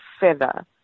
feather